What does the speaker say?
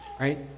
right